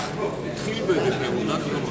התש"ע 2010,